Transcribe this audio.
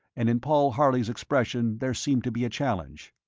and in paul harley's expression there seemed to be a challenge.